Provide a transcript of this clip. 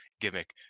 gimmick